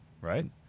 right